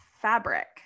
fabric